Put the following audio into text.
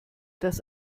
das